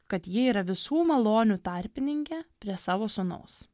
kad ji yra visų malonių tarpininkė prie savo sūnaus